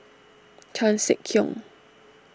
Chan Sek Keong